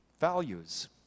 values